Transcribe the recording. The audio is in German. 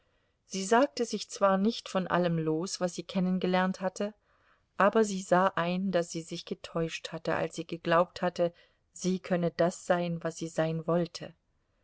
sie sagte sich zwar nicht von allem los was sie kennengelernt hatte aber sie sah ein daß sie sich getäuscht hatte als sie geglaubt hatte sie könne das sein was sie sein wollte